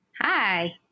Hi